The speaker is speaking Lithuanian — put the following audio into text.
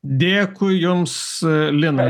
dėkui jums linai